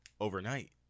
overnight